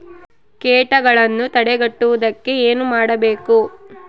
ಕೇಟಗಳನ್ನು ತಡೆಗಟ್ಟುವುದಕ್ಕೆ ಏನು ಮಾಡಬೇಕು?